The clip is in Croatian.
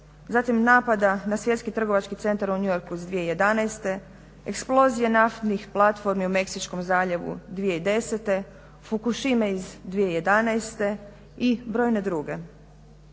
napada na Svjetski trgovački centar u New Yorku iz 2011., eksplozije naftnih platformi u Meksičkom zaljevu 2010. Fukushima iz 2011. i brojne druge.